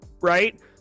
right